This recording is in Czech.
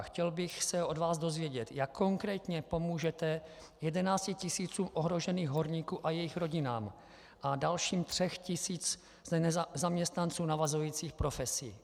Chtěl bych se od vás dozvědět, jak konkrétně pomůžete jedenácti tisícům ohrožených horníků a jejich rodinám a dalším třem tisícům zaměstnanců navazujících profesí.